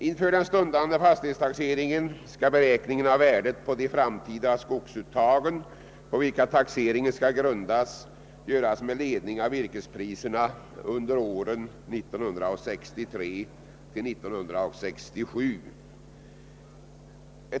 Inför den stundande fastighetstaxeringen skall beräkningen av värdet på de framtida skogsuttagen, på vilka taxeringen skall grundas, göras med ledning av virkespriserna under åren 1963—1967.